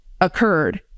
occurred